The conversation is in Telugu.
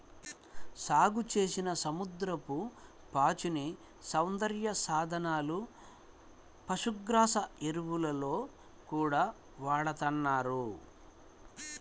సాగుచేసిన సముద్రపు పాచిని సౌందర్య సాధనాలు, పశుగ్రాసం, ఎరువుల్లో గూడా వాడతన్నారు